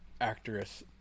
actress